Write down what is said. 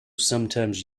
sometimes